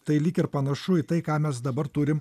tai lyg ir panašu į tai ką mes dabar turim